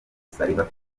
salva